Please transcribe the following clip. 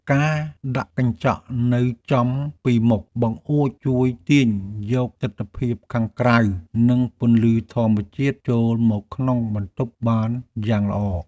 ការដាក់កញ្ចក់នៅចំពីមុខបង្អួចជួយទាញយកទិដ្ឋភាពខាងក្រៅនិងពន្លឺធម្មជាតិចូលមកក្នុងបន្ទប់បានយ៉ាងល្អ។